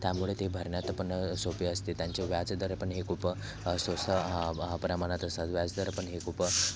त्यामुळे ते भरण्यात पण सोपी असते त्यांचे व्याजदर पण हे खूप स स हां हां प्रमाणात असतात व्याजदर पण हे खूप